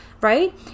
Right